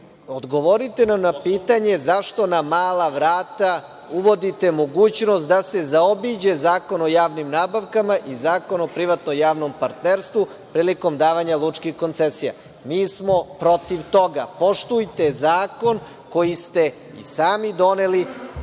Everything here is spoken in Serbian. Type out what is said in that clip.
odgovorite nam na pitanje – zašto na mala vrata uvodite mogućnost da se zaobiđe Zakon o javnim nabavkama i Zakon o privatno javnom partnerstvu prilikom davanja lučkih koncesija? Mi smo protiv toga. Poštujte zakon koji ste i sami doneli